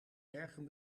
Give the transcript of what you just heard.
bergen